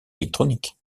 électronique